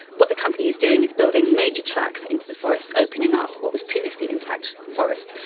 what the company is doing is building major tracks into the forest, opening up what was previously intact forest,